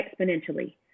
exponentially